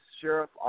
Sheriff